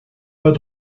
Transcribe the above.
pas